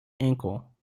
ankle